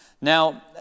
Now